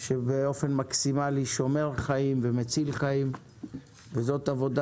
שהוא באופן מקסימלי שומר חיים ומציל חיים וזאת עבודה